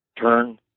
turn